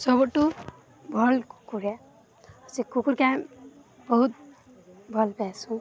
ସବୁଠୁ ଭଲ କୁକୁର ସେ କୁକୁରକୁ ଆମେ ବହୁତ ଭଲ ପାଉ